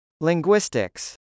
Linguistics